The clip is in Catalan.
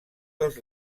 dels